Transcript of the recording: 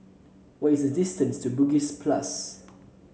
what is the distance to Bugis Plus